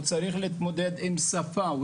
הוא צריך להתמודד עם שפה,